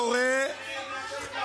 התמונה הזאת מדברת בעד עצמה.